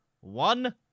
one